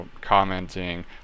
commenting